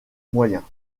moyens